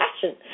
passion